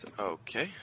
Okay